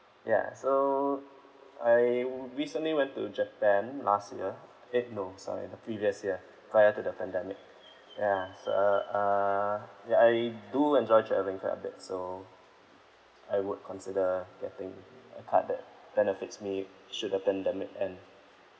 ya so I recently went to japan last year eh no sorry the previous year prior to the pandemic ya uh ya I do enjoy travelling quite a bit so I would consider getting a card that benefits me should the pandemic end